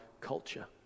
culture